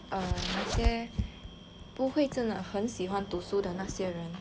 不会真的很喜欢读书的那些人